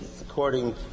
according